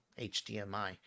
HDMI